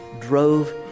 drove